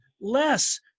less